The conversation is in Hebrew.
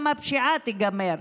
גם הפשיעה תיגמר,